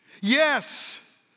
Yes